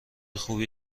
خوبی